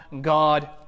God